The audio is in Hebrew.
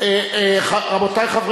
לא היה במה להאשים.